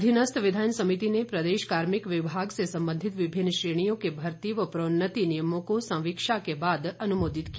अधीनस्थ विधायन समिति ने प्रदेश कार्मिक विभाग से संबंधित विभिन्न श्रेणियों के भर्ती व प्रोन्नति नियमों को संवीक्षा के बाद अनुमोदित किया